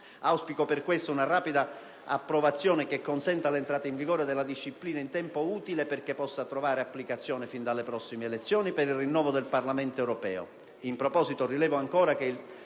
Auspico pertanto una rapida approvazione del provvedimento, che consenta l'entrata in vigore della disciplina in tempo utile perché possa trovare applicazione fin dalle prossime elezioni per il rinnovo del Parlamento europeo.